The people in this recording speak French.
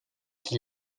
qui